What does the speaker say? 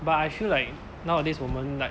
but I feel like nowadays 我们 like